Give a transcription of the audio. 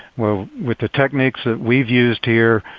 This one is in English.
with with the techniques that we've used here,